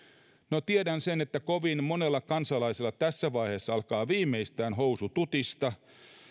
no tiedän sen että kovin monella kansalaisella tässä vaiheessa alkaa viimeistään housu tutista